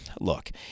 Look